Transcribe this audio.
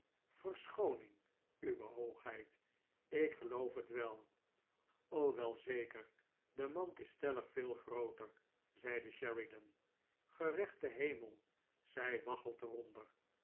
verschooning uwe hoogheid ik geloof net wel wel zeker de mand is stellig veel grooter zeide sheridan gerechte hemel zij